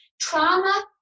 trauma